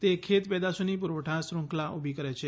તે ખેત પેદાશોની પુરવઠા શ્રુંખલા ઉભી કરે છે